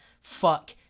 fuck